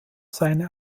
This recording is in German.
seine